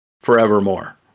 forevermore